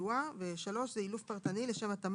באתי